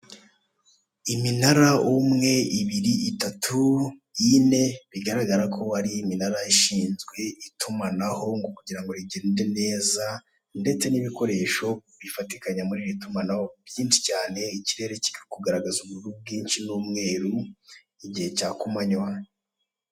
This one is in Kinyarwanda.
Iminara umwe, ibiri, itatu, ine bigaragara ko ari iminara ishinzwe itumanaho mu kugira ngo rigende neza ndetse n'ibikoresho bifatikanya muri iri tumanaho byinshi cyane, ikirere kiri kugaragaza ubururu bwinshi n'umweru mugihe cya kumanywa.